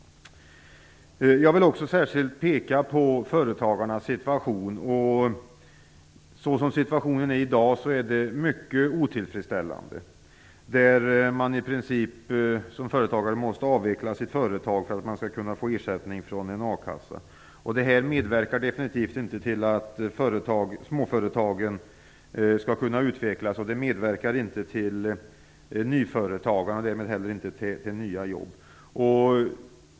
Jag vill också särskilt peka på företagarnas situation. Deras läge är i dag mycket otillfredsställande. Man måste som företagare i princip avveckla sitt företag för att kunna få ersättning från en a-kassa. Detta medverkar definitivt inte till att småföretagen skall kunna utvecklas liksom inte heller till nyföretagande eller till nya jobb.